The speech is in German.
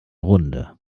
runde